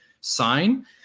sign